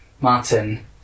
Martin